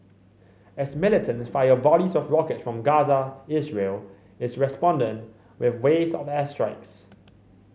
as militants fire volleys of rockets from Gaza Israel is responding with waves of airstrikes